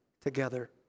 together